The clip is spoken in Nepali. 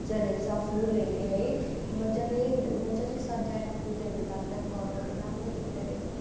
छ रहेछ फुलहरूले है मजाले मजाले सजाएर फुलहरू राख्दा घरहरू राम्रो देख्दोरहेछ